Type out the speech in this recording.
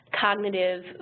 cognitive